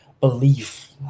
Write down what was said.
belief